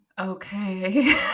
Okay